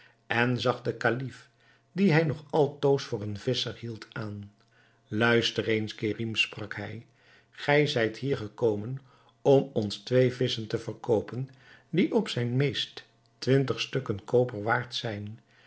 en zag den kalif dien hij nog altoos voor een visscher hield aan luister eens kerim sprak hij gij zijt hier gekomen om ons twee visschen te verkoopen die op zijn meest twintig stukken koper waard zijn